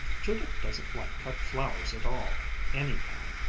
judith doesn't like cut flowers at all any kind.